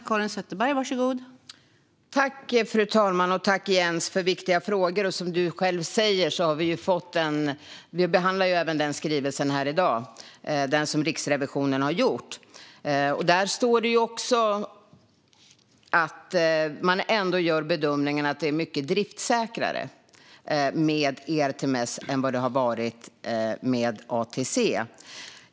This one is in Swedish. Fru talman! Tack för viktiga frågor, Jens! Som du själv säger behandlar vi även skrivelsen från Riksrevisionen här i dag. Där står det att man ändå gör bedömningen att ERTMS är mycket driftssäkrare än vad ATC har varit.